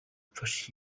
mfasha